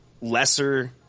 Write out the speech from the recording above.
lesser